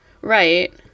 Right